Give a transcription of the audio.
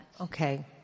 Okay